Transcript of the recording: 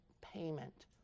payment